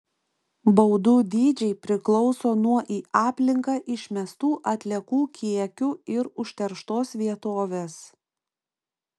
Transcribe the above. baudų dydžiai priklauso nuo į aplinką išmestų atliekų kiekių ir užterštos vietovės